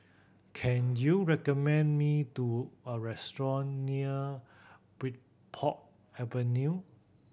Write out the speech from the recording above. can you recommend me do a restaurant near Bridport Avenue